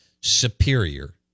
Superior